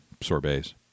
sorbets